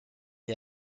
est